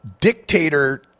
dictator